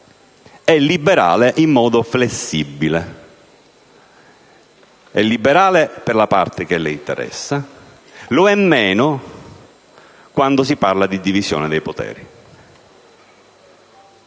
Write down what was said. è liberale in modo flessibile. È liberale per la parte che le interessa, lo è meno quando si parla di divisione dei poteri.